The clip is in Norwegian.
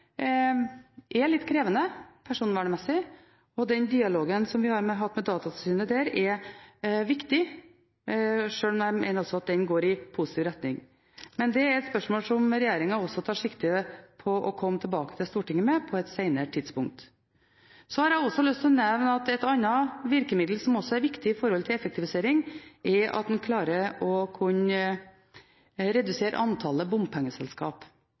er litt krevende personvernmessig. Den dialogen som vi har hatt med Datatilsynet om dette, er viktig. Sjøl mener jeg at dette går i positiv retning. Men det er et spørsmål regjeringen tar sikte på å komme tilbake til Stortinget med på et senere tidspunkt. Jeg har også lyst til å nevne et annet virkemiddel som også er viktig når det gjelder effektivisering. Det er at man kan klare å redusere antallet bompengeselskap